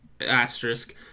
asterisk